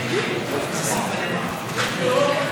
הרשימה המשותפת לסעיף 2 לא נתקבלה.